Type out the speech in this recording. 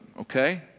okay